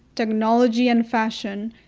technology, and fashion,